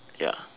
ya